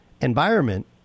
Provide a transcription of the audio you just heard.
environment